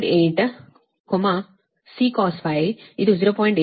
8 ಆಗ sin 0